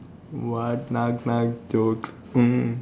what knock knock jokes mm